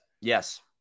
Yes